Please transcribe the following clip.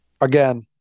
Again